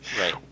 Right